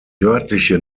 nördliche